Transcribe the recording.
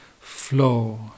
flow